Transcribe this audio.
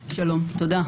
תודה.